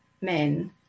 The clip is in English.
men